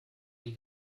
die